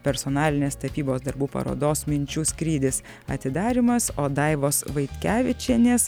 personalinės tapybos darbų parodos minčių skrydis atidarymas o daivos vaitkevičienės